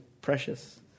precious